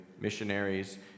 missionaries